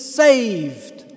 saved